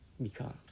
becomes